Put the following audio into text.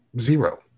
Zero